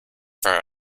for